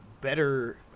better